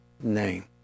name